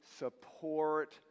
support